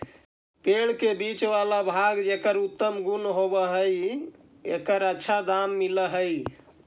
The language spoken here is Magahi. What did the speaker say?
पेड़ के बीच वाला भाग जे उत्तम गुण वाला होवऽ हई, एकर अच्छा दाम मिलऽ हई